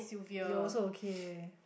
you also okay